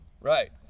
Right